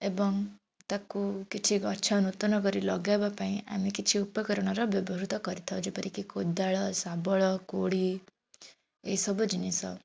ଏବଂ ତାକୁ କିଛି ଗଛ ନୂତନ କରି ଲଗେଇବା ପାଇଁ ଆମେ କିଛି ଉପକରଣର ବ୍ୟବହୃତ କରିଥାଉ ଯେପରିକି କୋଦାଳ ଶାବଳ କୋଡ଼ି ଏହିସବୁ ଜିନିଷ